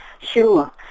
Sure